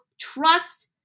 trust